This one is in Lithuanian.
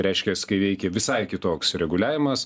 reiškias kai veikia visai kitoks reguliavimas